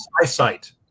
eyesight